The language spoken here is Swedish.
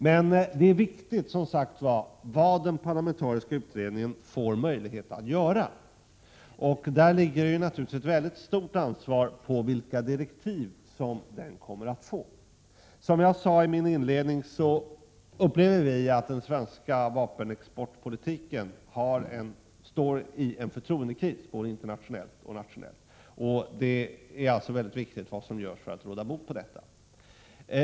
Men mycket beror på vad den parlamentariska utredningen får möjlighet att göra, och frågan om vilka direktiv som den får kommer att vara av stor betydelse. Som jag sade i mitt inledningsanförande befinner sig den svenska vapenexportpolitiken i en förtroendekris internationellt och nationellt, och det är viktigt att något görs för att råda bot på detta.